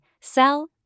sell